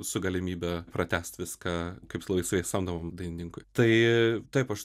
su galimybe pratęst viską kaip laisvai samdomam dainininkui tai taip aš